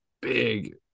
big